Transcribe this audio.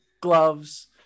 gloves